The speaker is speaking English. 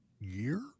year